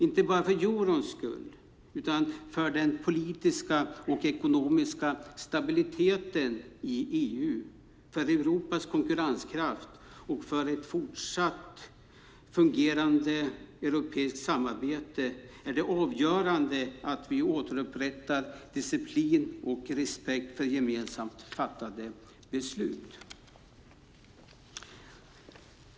Inte bara för eurons skull utan för den politiska och ekonomiska stabiliteten i EU, för Europas konkurrenskraft och för en fortsatt fungerande europeisk union är det avgörande att vi återupprättar disciplin och respekt för gemensamt fattade beslut.